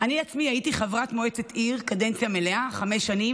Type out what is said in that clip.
אני עצמי הייתי חברת מועצת עיר קדנציה מלאה חמש שנים,